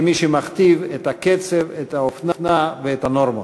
כמי שמכתיב את הקצב, את האופנה ואת הנורמות.